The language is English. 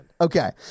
Okay